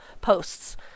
posts